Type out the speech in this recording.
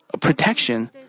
protection